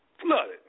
flooded